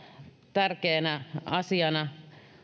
tärkeänä asiana